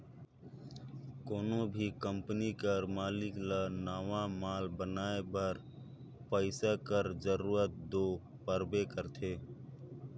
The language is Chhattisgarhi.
कोनो भी कंपनी कर मालिक ल नावा माल बनाए बर पइसा कर जरूरत दो परबे करथे